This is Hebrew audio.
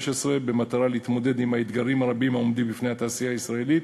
במטרה להתמודד עם האתגרים הרבים העומדים בפני התעשייה הישראלית